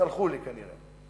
סלחו לי כנראה.